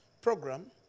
program